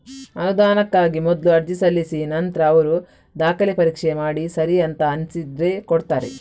ಅನುದಾನಕ್ಕಾಗಿ ಮೊದ್ಲು ಅರ್ಜಿ ಸಲ್ಲಿಸಿ ನಂತ್ರ ಅವ್ರು ದಾಖಲೆ ಪರೀಕ್ಷೆ ಮಾಡಿ ಸರಿ ಅಂತ ಅನ್ಸಿದ್ರೆ ಕೊಡ್ತಾರೆ